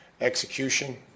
execution